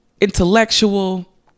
intellectual